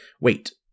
Wait